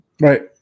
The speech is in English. Right